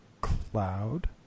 cloud